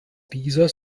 dieser